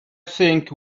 think